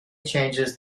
changes